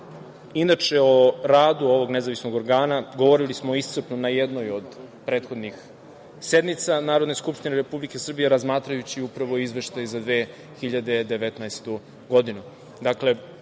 Inače, o radu ovog nezavisnog organa govorili smo iscrpno na jednoj od prethodnih sednica Narodne skupštine Republike Srbije, razmatrajući Izveštaj za 2019.